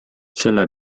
selle